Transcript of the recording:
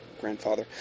grandfather